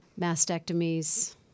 mastectomies